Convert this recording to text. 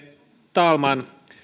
talman